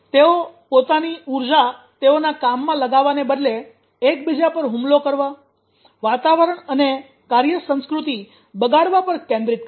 તેઓ પોતાની ઉર્જા તેઓના કામમાં લગાવવાને બદલે એક બીજા પર હુમલો કરવા વાતાવરણ અને કાર્ય સંસ્કૃતિ બગાડવા પર કેન્દ્રિત કરશે